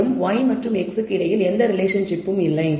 மேலும் y மற்றும் x க்கு இடையில் எந்த ரிலேஷன்ஷிப்பும் இல்லை